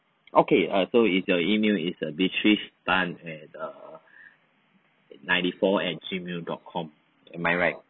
okay uh so is your email is beatrice tan at err ninety four at gmail dot com am I right